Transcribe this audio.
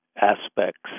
aspects